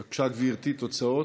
בבקשה, גברתי, תוצאות.